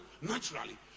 naturally